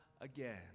again